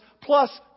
plus